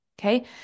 Okay